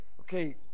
okay